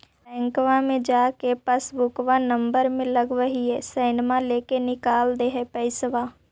बैंकवा मे जा के पासबुकवा नम्बर मे लगवहिऐ सैनवा लेके निकाल दे है पैसवा?